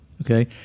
okay